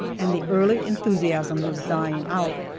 and the early enthusiasm was dying out.